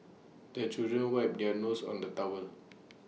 the children wipe their noses on the towel